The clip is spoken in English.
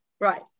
Right